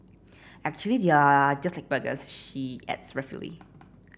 actually they are just like burgers she adds ruefully